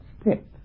step